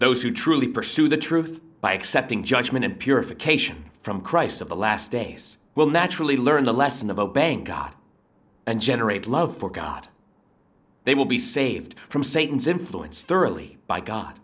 those who truly pursue the truth by accepting judgment and purification from christ of the last days will naturally learn the lesson of obeying god and generate love for god they will be saved from satan's influence thoroughly by god